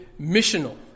missional